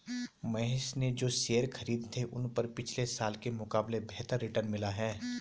महेश ने जो शेयर खरीदे थे उन पर पिछले साल के मुकाबले बेहतर रिटर्न मिला है